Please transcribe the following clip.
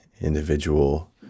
individual